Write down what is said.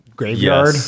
graveyard